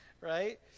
right